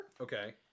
Okay